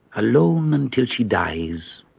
alone until she dies,